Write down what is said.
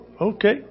okay